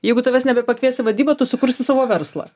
jeigu tavęs nebepakvies į vadybą tu sukursi savo verslą